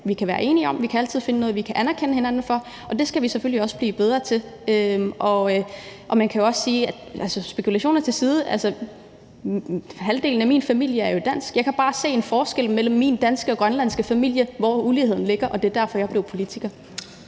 vi kan være enige om. Vi kan altid finde noget, vi kan anerkende hinanden for, og det skal vi selvfølgelig også blive bedre til. Jeg kan også sige – spekulationer til side – at halvdelen af min familie jo er dansk. Jeg kan bare se en forskel mellem min danske og min grønlandske familie, i forhold til hvor uligheden ligger, og det er derfor, jeg blev politiker.